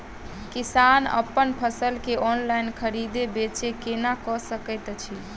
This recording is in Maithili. किसान अप्पन फसल केँ ऑनलाइन खरीदै बेच केना कऽ सकैत अछि?